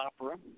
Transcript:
Opera